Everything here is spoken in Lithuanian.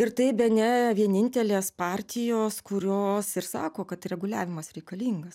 ir tai bene vienintelės partijos kurios ir sako kad reguliavimas reikalingas